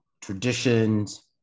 traditions